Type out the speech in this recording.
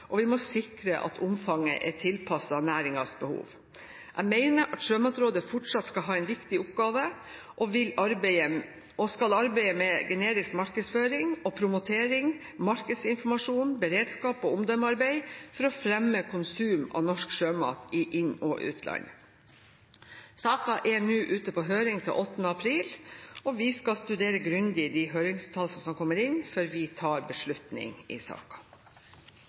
og vi må sikre at omfanget er tilpasset næringens behov. Jeg mener at Sjømatrådet fortsatt skal ha en viktig oppgave, og skal arbeide med generisk markedsføring og promotering, markedsinformasjon, beredskap og omdømmearbeid for å fremme konsum av norsk sjømat i inn- og utland. Saken er ute på høring til 8. april. Vi skal studere grundig de høringsuttalelsene som kommer inn, før vi tar beslutning i